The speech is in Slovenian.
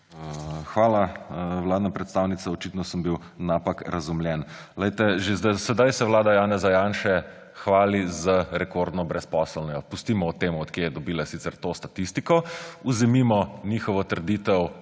Hvala. Vladna predstavnica, očitno sem bil napak razumljen. Že sedaj se vlada Janeza Janše hvali z rekordno brezposelnostjo. Pustimo sicer, kje je dobila to statistiko, vzemimo njihovo trditev